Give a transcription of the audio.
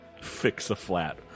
Fix-A-Flat